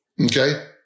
Okay